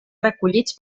recollits